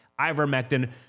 ivermectin